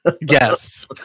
Yes